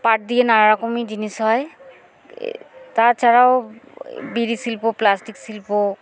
পাট দিয়ে নানারকমই জিনিস হয় তাছাড়াও বিড়ি শিল্প প্লাস্টিক শিল্প